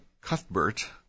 Cuthbert